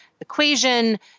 equation